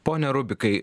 pone rubikai